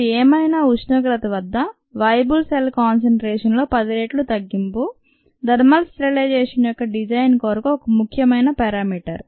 ఇది ఏదైనా ఉష్ణోగ్రత వద్ద వయబుల్ సెల్ కాన్సంట్రేషన్ లో 10 రెట్లు తగ్గింపు థర్మల్ స్టెరిలైజేషన్ యొక్క డిజైన్ కొరకు ఒక ముఖ్యమైన పరామీటర్